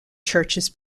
churches